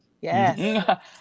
Yes